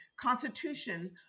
constitution